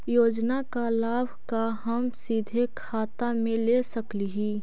योजना का लाभ का हम सीधे खाता में ले सकली ही?